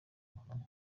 muhanga